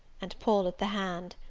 and pulled at the hand.